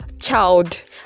child